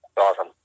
awesome